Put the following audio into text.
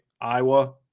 Iowa